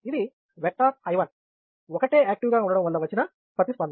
ఇది vector I1 ఒకటే active గా ఉండడం వల్ల వచ్చిన ప్రతిస్పందన